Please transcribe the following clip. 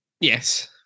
Yes